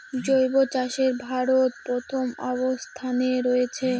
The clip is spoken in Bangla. জৈব চাষে ভারত প্রথম অবস্থানে রয়েছে